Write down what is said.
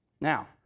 Now